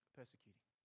persecuting